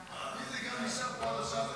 רכבת תחתית (מטרו) (תיקון מס' 4),